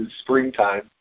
springtime